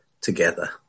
together